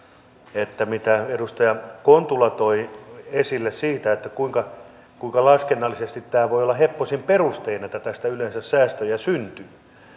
mitä edustaja kontula toi esille siitä kuinka kuinka laskennallisesti tämä voi olla heppoisin perustein että tästä yleensä säästöjä syntyy